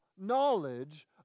knowledge